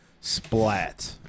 splat